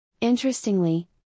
Interestingly